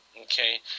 okay